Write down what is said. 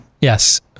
yes